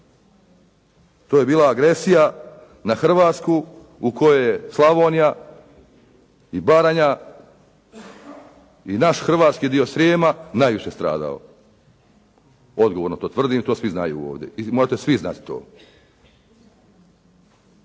To je bila agresija na Hrvatsku u kojoj je Slavonija i Baranja i naš hrvatski dio Srijema najviše stradao. Odgovorno to tvrdim i to svi znaju ovdje. Morate svi znati to.